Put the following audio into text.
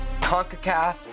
CONCACAF